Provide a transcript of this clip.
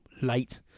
late